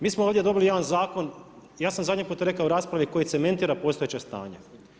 Mi smo ovdje dobili jedan zakon, ja sam zadnji put rekao u raspravi koji cementira postojeće stanje.